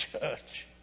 church